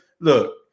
look